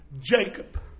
Jacob